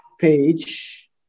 page